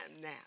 now